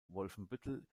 wolfenbüttel